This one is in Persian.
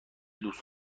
دوست